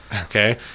Okay